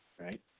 right